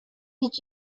did